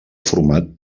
format